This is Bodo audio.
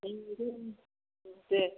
दे